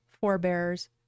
forebears